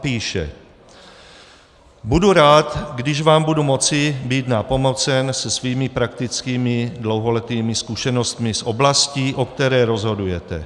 A píše: Budu rád, když vám budu moci být nápomocen se svými praktickými dlouholetými zkušenostmi z oblasti, o které rozhodujete.